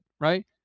right